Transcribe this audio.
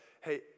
hey